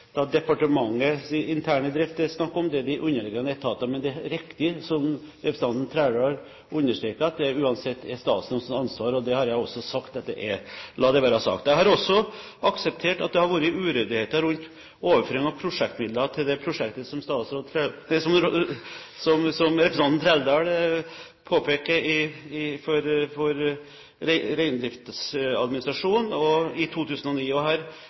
interne drift det er snakk om, det går på de underliggende etater. Men det er riktig som representanten Trældal understreker, det er uansett statsrådens ansvar. Og det har jeg også sagt at det er – la det være sagt. Jeg har også akseptert at det har vært uryddigheter rundt overføring av prosjektmidler til det prosjektet som